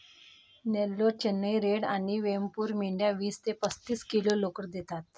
Nellore, Chennai red आणि वेमपूर मेंढ्या वीस ते पस्तीस किलो लोकर देतात